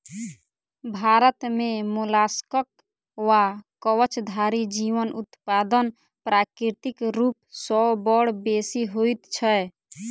भारत मे मोलास्कक वा कवचधारी जीवक उत्पादन प्राकृतिक रूप सॅ बड़ बेसि होइत छै